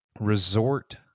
resort